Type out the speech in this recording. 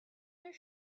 their